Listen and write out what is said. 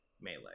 Melee